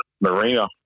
marina